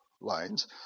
lines